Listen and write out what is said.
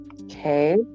Okay